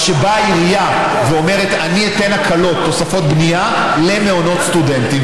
או כשבאה עירייה ואומרת: אני אתן הקלות ותוספות בנייה למעונות סטודנטים,